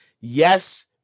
yes